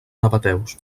nabateus